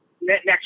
next